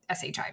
SHI